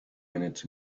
minutes